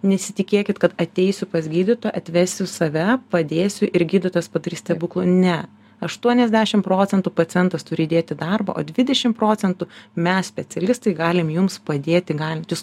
nesitikėkit kad ateisiu pas gydytoją atvesiu save padėsiu ir gydytojas padarys stebuklų ne aštuoniasdešim procentų pacientas turi įdėti darbo o dvidešim procentų mes specialistai galim jums padėti galit jūs